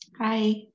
hi